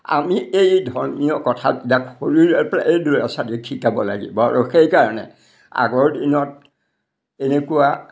আমি এই ধৰ্মীয় কথাবিলাক সৰুৰেৰ পৰাই ল'ৰা ছোৱালীক শিকাব লাগিব আৰু সেইকাৰণে আগৰ দিনত এনেকুৱা